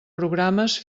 programes